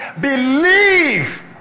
believe